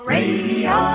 Radio